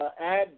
add